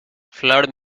flood